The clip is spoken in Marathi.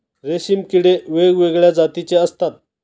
रेशीम किडे वेगवेगळ्या जातीचे असतात